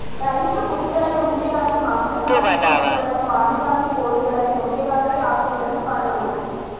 ರೈತ್ರು ಕುರಿಗಳನ್ನು ಉಣ್ಣೆಗಾಗಿ, ಮಾಂಸಕ್ಕಾಗಿಯು, ಹಸುಗಳನ್ನು ಹಾಲಿಗಾಗಿ, ಕೋಳಿಗಳನ್ನು ಮೊಟ್ಟೆಗಾಗಿ ಹಾಕುವುದನ್ನು ಕಾಣಬೋದು